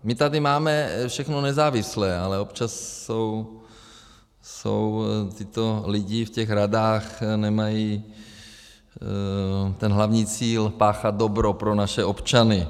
My tady máme všechno nezávislé, ale občas jsou tyto lidi v těch radách... nemají hlavní cíl páchat dobro pro naše občany.